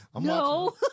no